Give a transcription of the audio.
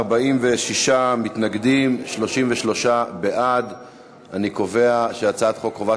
התשע"ה 2015. בבקשה, חבר הכנסת יחיאל בר.